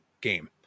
game